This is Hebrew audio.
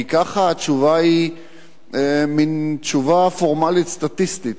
כי כך התשובה היא מין תשובה פורמלית סטטיסטית.